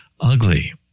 ugly